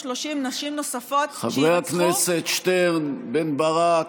30 נשים נוספות שיירצחו --- חברי הכנסת שטרן ובן ברק,